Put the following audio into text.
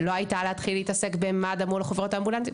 לא הייתה להתחיל להתעסק במד"א מול חברות האמבולנסים.